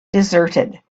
deserted